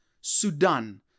Sudan